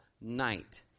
night